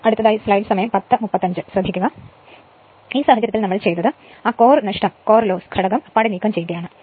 അതിനാൽ ഈ സാഹചര്യത്തിൽ നമ്മൾ ചെയ്തത് ആ കോർ നഷ്ടം ഘടകം നീക്കം ചെയ്യുകയാണ്